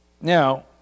Now